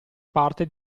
parte